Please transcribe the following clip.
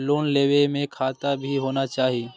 Loan लेबे में खाता भी होना चाहि?